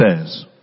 says